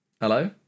hello